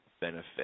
benefit